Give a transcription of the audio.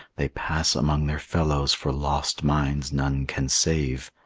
they pass among their fellows for lost minds none can save,